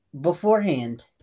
beforehand